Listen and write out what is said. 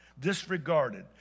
disregarded